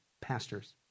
Pastors